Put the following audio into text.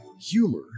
humor